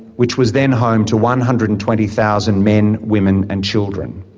which was then home to one hundred and twenty thousand men, women and children.